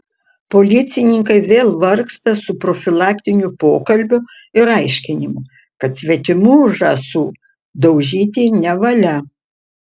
policininkai vėl vargsta su profilaktiniu pokalbiu ir aiškinimu kad svetimų žąsų daužyti nevalia